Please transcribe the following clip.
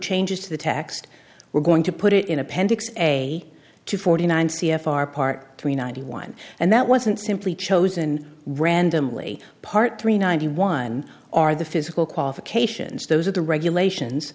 changes to the text we're going to put it in appendix a two forty nine c f r part three ninety one and that wasn't simply chosen randomly part three ninety one are the physical qualifications those are the regulations